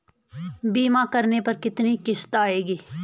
बीमा करने पर कितनी किश्त आएगी?